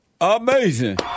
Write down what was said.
Amazing